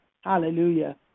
Hallelujah